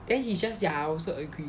then he just ya I also agree